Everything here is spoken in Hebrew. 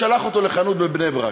שלח אותו לחנות בבני-ברק.